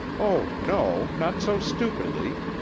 oh, no, not so stupidly!